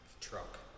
truck